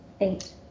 eight